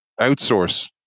outsource